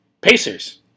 Pacers